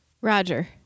Roger